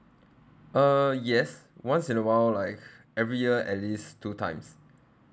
uh yes once in a while like every year at least two times